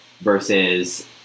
versus